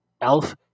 Elf